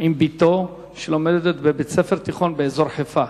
עם בתו, שלומדת בבית-ספר תיכון באזור חיפה.